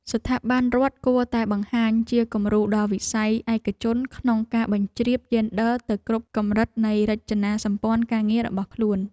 ស្ថាប័នរដ្ឋគួរតែបង្ហាញជាគំរូដល់វិស័យឯកជនក្នុងការបញ្ជ្រាបយេនឌ័រទៅគ្រប់កម្រិតនៃរចនាសម្ព័ន្ធការងាររបស់ខ្លួន។